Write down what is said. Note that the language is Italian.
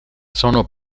sono